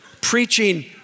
Preaching